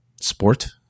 sport